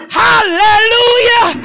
hallelujah